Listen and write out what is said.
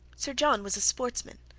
sir john was a sportsman,